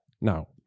Now